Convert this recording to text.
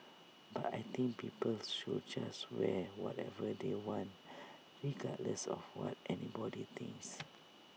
but I think people should just wear whatever they want regardless of what anybody thinks